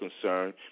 concern